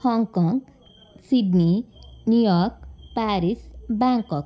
hong cong Sydney New York Paris Bangkok